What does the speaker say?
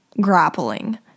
grappling